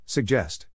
Suggest